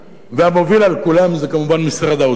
והמוביל על כולם זה כמובן משרד האוצר,